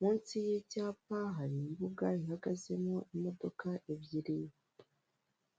munsi y'icyapa hari imbuga ihagazemo imodoka ebyiri.